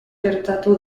gertatu